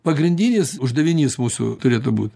pagrindinis uždavinys mūsų turėtų būt